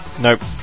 Nope